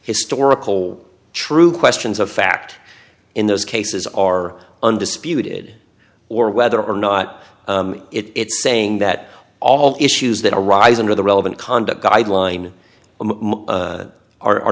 historical truth questions of fact in those cases are undisputed or whether or not it's saying that all issues that arise under the relevant conduct guideline are